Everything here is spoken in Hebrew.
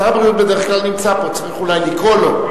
שר הבריאות בדרך כלל נמצא פה, צריך אולי לקרוא לו.